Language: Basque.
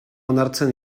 onartzen